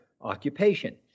occupation